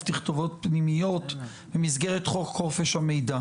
תכתובות פנימיות במסגרת חוק חופש המידע.